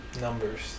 Numbers